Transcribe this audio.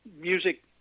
music